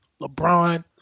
LeBron